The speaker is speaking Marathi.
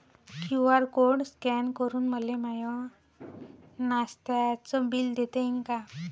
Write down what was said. क्यू.आर कोड स्कॅन करून मले माय नास्त्याच बिल देता येईन का?